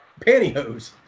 pantyhose